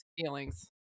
feelings